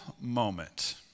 moment